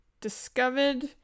discovered